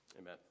amen